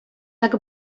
tak